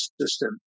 system